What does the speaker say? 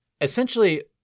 essentially